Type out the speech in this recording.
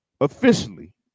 officially